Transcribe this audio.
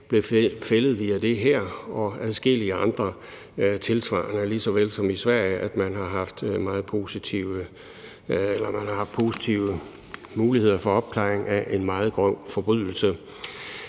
blev fældet via det her, og der er adskillige andre tilsvarende eksempler, lige såvel som man i Sverige har haft gode muligheder for opklaring af en meget grov forbrydelse.